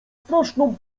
straszną